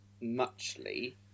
muchly